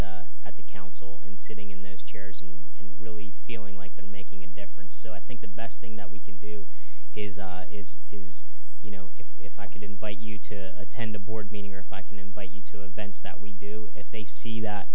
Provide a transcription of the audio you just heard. out at the council and sitting in those chairs and really feeling like they're making a difference so i think the best thing that we can do is you know if i could invite you to attend a board meeting or if i can invite you to events that we do if they see that